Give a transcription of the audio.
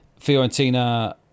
Fiorentina